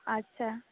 আচ্ছা